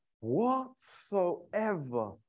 Whatsoever